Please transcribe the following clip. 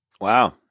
Wow